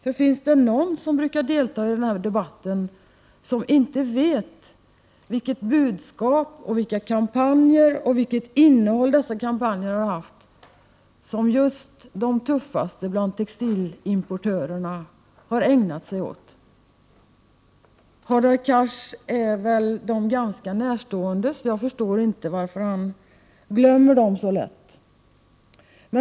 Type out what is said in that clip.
Är det någon av dem som brukar delta i tekodebatterna här i kammaren som inte vet vilka kampanjer som just de tuffaste bland textilimportörerna har ägnat sig åt och vilket budskap de fört fram? Hadar Cars är väl dem ganska närstående, så jag förstår inte varför han glömmer dem så lätt.